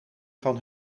van